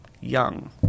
young